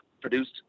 produced